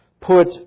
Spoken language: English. put